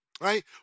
right